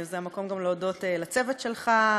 זה המקום גם להודות לצוות שלך,